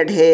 ᱮᱰᱷᱮ